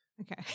okay